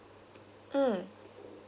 mm